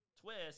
twist